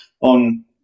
on